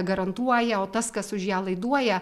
garantuoja o tas kas už ją laiduoja